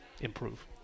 improve